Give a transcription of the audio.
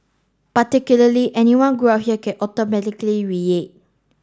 particularly anyone grew up here can automatically